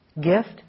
gift